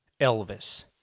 Elvis